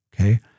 Okay